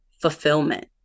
fulfillment